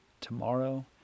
tomorrow